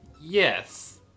yes